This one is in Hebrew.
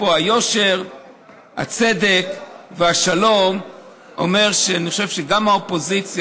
הצדק והשלום אומר שגם האופוזיציה,